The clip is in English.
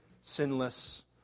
sinless